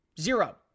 zero